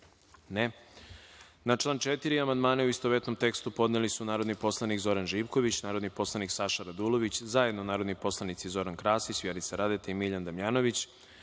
(Ne.)Na član 5. amandmane, u istovetnom tekstu, podneli su narodni poslanik Zoran Živković, narodni poslanik Saša Radulović, zajedno narodni poslanici Zoran Krasić, Vjerica Radeta i Božidar Delić,